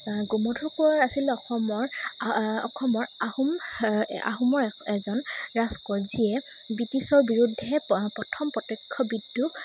গোমধৰ কোঁৱৰ আছিল অসমৰ অসমৰ আহোম আহোমৰ এজন ৰাজকোঁৱৰ যিয়ে ব্ৰিটিছৰ বিৰুদ্ধে প প্ৰথম প্ৰত্যক্ষ বিদ্ৰোহ